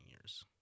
years